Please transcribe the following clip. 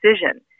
decision